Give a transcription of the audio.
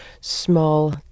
small